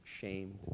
Shamed